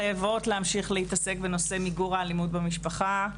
אנחנו חייבות להמשיך להתעסק בנושא מיגור האלימות במשפחה.